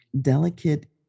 delicate